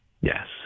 Yes